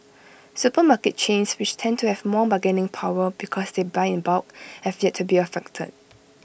supermarket chains which tend to have more bargaining power because they buy in bulk have yet to be affected